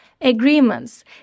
agreements